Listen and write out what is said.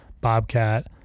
bobcat